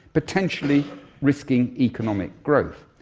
potentially risking economic growth.